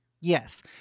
Yes